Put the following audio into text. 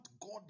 God